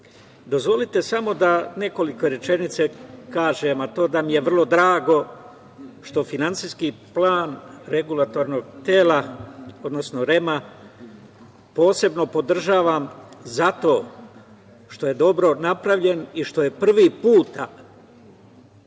dozvolite samo da nekoliko rečenica kažem, a to je da mi je vrlo drago što Finansijski plan regulatornog tela, odnosno REM-a posebno podržavam zato što je dobro napravljen i što je prvi put